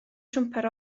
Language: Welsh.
siwmper